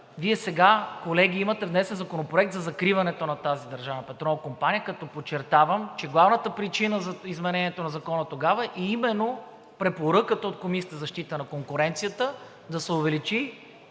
Вие сега, колеги, имате внесен законопроект за закриването на тази Държавна петролна компания, като подчертавам, че главната причина за изменението на Закона тогава е именно препоръката от Комисията за защита на конкуренцията да се увеличи